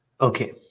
Okay